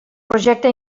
projecte